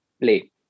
play